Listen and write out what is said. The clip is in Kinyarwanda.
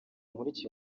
nkurikiye